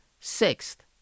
Sixth